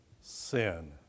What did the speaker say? sin